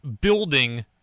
building